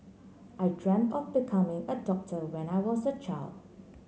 I dreamt of becoming a doctor when I was child